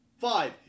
Five